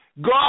God